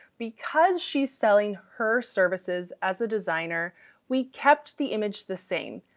because she's selling her services as a designer we kept the image the same.